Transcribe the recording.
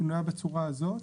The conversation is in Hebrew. נעה בצורה הזאת.